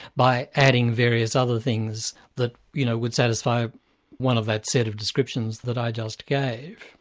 by adding various other things that you know would satisfy one of that set of descriptions that i just gave.